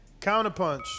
counterpunch